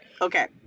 okay